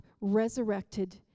resurrected